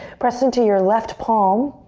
press into your left palm.